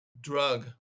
drug